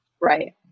Right